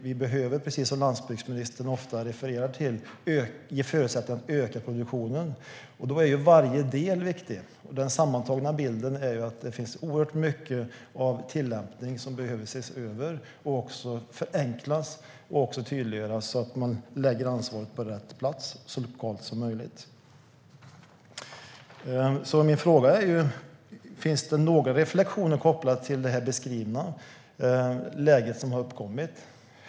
Vi behöver, precis som landsbygdsministern ofta refererar till, ge förutsättningar för att öka produktionen. Då är varje del viktig. Den sammantagna bilden är att det finns oerhört mycket tillämpning som behöver ses över, förenklas och tydliggöras, så att man lägger ansvaret på rätt plats, så lokalt som möjligt. Min fråga är: Finns det några reflektioner kopplade till det beskrivna läge som har uppkommit?